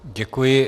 Děkuji.